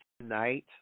tonight